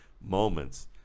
moments